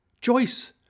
Joyce